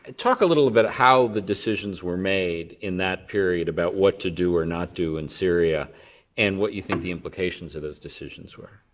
and talk a little about how the decisions were made in that period about what to do or not do in syria and what you think the implications of those decisions were.